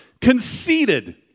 Conceited